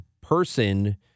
person